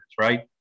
right